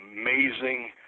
amazing